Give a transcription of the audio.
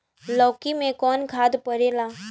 लौकी में कौन खाद पड़ेला?